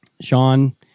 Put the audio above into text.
Sean